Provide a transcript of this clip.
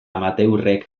amateurrek